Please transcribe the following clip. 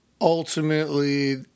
ultimately